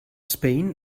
spain